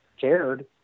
cared